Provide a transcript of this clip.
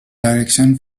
direction